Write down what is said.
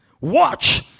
Watch